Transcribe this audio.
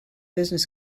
business